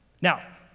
Now